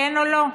כן או לא.